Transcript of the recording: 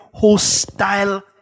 hostile